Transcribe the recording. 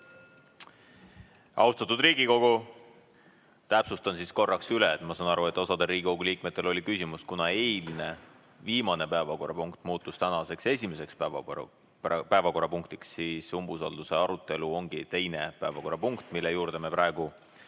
Austatud Riigikogu, täpsustan korraks üle. Ma saan aru, et osal Riigikogu liikmetel oli küsimusi. Kuna eilne viimane päevakorrapunkt muutus tänaseks esimeseks päevakorrapunktiks, siis umbusaldusavalduse arutelu ongi teine päevakorrapunkt, mille juurde me praegu